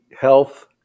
health